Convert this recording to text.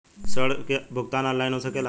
ऋण के भुगतान ऑनलाइन हो सकेला?